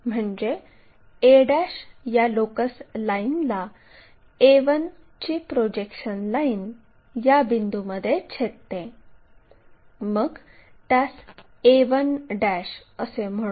म्हणजे a या locus लाईनला a1 ची प्रोजेक्शन लाईन या बिंदूमध्ये छेदते मग त्यास a1 असे म्हणू